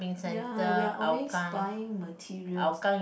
ya we are always buying materials